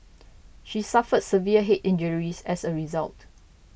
she suffered severe head injuries as a result